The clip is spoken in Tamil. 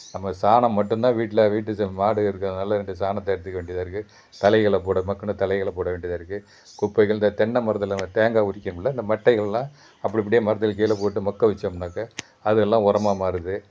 நமக்கு சாணம் மட்டுந்தான் வீட்டில் வீட்டு மாடு இருக்கிறதுனால ரெண்டு சாணத்தை எடுத்துக்க வேண்டியதாக இருக்குது தழைகள போட மட்குன தழைகள போட வேண்டியதாக இருக்குது குப்பைகள் இந்த தென்னை மரத்தில் தேங்காய் உரிக்குவோமுல்ல அந்த மட்டைகள்லாம் அப்படி அப்படியே மரத்தில் கீழே போட்டு மட்க வைச்சோம்னாக்கா அது எல்லாம் உரமா மாறுது